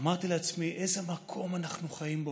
אמרתי לעצמי: איזה מקום אנחנו חיים בו,